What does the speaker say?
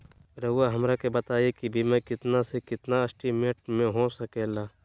रहुआ हमरा के बताइए के बीमा कितना से कितना एस्टीमेट में हो सके ला?